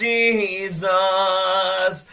Jesus